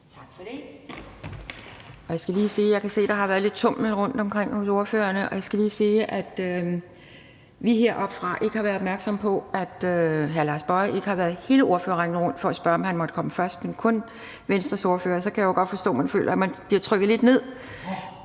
Tak for det.